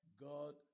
God